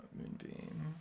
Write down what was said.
Moonbeam